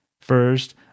first